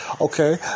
okay